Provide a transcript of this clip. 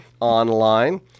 online